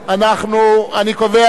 אני קובע,